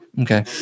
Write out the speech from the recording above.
Okay